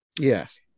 Yes